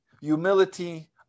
humility